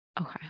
Okay